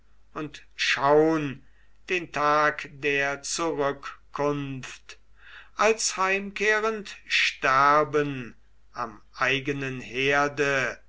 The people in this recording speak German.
und schaun den tag der zurückkunft als heimkehrend sterben am eigenen herde